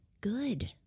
good